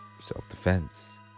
self-defense